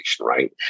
right